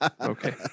Okay